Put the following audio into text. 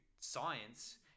science